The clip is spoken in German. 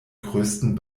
größten